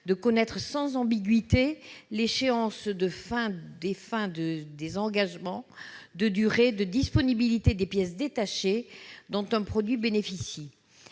de connaître sans ambiguïté l'échéance de fin des engagements de durée de disponibilité des pièces détachées dont un produit bénéficie.